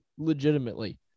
legitimately